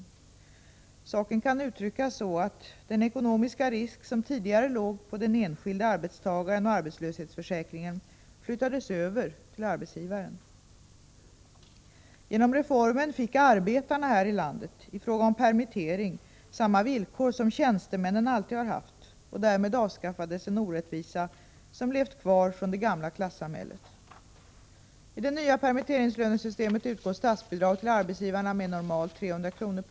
Saken kan uttryckas så att den ekonomiska risk som tidigare låg på den enskilde arbetstagaren och arbetslöshetsförsäkringen flyttades över till arbetsgivaren. Genom reformen fick arbetarna här i landet i fråga om permittering samma villkor som tjänstemännen alltid har haft, och därmed avskaffades en orättvisa som levt kvar från det gamla klassamhället. I det nya permitteringslönesystemet utgår statsbidrag till arbetsgivarna med normalt 300 kr.